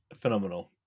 phenomenal